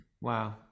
Wow